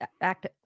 act